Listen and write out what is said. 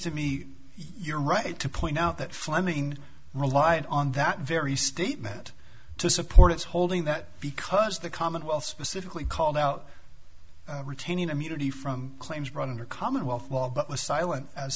to me you're right to point out that fleming reliant on that very statement to support its holding that because the commonwealth specifically called out retaining immunity from claims for under commonwealth law but was silent as